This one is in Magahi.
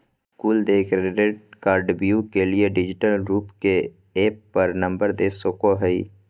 कुल देय क्रेडिट कार्डव्यू के लिए डिजिटल रूप के ऐप पर नंबर दे सको हइ